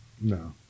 No